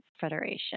Federation